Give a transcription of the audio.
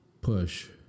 push